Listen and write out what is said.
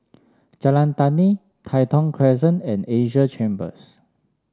Jalan Tani Tai Thong Crescent and Asia Chambers